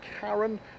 Karen